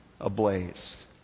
ablaze